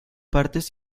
partes